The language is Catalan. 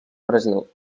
brasil